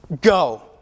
go